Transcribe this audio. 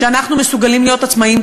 שאנחנו מסוגלים להיות עצמאיים.